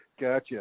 gotcha